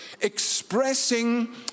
expressing